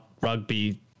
rugby